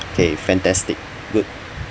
okay fantastic good